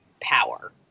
power